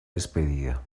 despedida